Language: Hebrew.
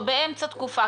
או באמצע תקופה,